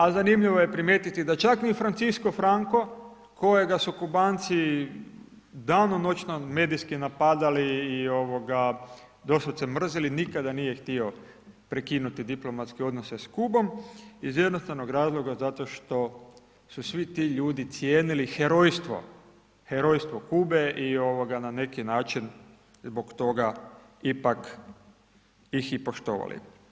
A zanimljivo je primijetiti da čak ni Francisco Franco kojega su Kubanci danonoćno medijski napadali i doslovce mrzili nikada nije htio prekinuti diplomatske odnose sa Kubom iz jednostavnog razloga zato što su svi ti ljudi cijenili herojstvo, herojstvo Kube i na neki način zbog toga ipak ih i poštovali.